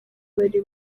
bari